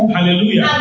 Hallelujah